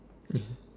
yeah